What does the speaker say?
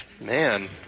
man